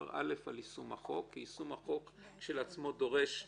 כי יישום החוק כשלעצמו דורש תקצוב,